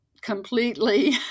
completely